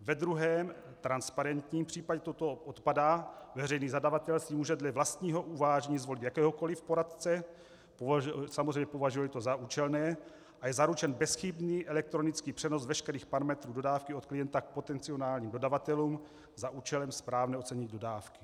Ve druhém, transparentním případě toto odpadá, veřejný zadavatel si může dle vlastního uvážení zvolit jakéhokoli poradce, samozřejmě považuji to za účelné, a je zaručen bezchybný elektronický přenos veškerých parametrů dodávky od klienta k potenciálním dodavatelům za účelem správného ocenění dodávky.